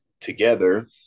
together